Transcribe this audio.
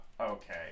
okay